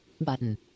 button